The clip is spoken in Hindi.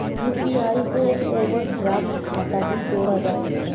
यू.पी.आई से ओवरड्राफ्ट खाता भी जोड़ा जा सकता है